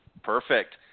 Perfect